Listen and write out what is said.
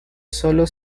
solo